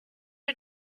are